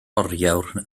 oriawr